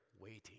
waiting